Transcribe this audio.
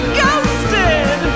ghosted